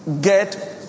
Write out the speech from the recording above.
Get